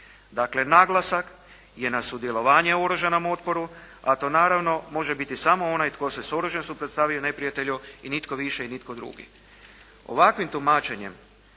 Dakle naglasak je na sudjelovanje u oružanom otporu, a to naravno može biti samo onaj tko se s oružjem suprotstavio neprijatelju i nitko više i nitko drugi. Ovakvim tumačenjem